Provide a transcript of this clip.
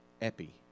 epi